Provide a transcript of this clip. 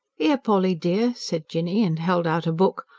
here, polly dear, said jinny, and held out a book.